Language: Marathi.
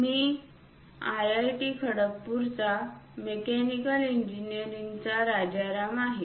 मी IIT खडगपूरच्या मेकॅनिकल इंजिनीअरिंगचा राजाराम आहे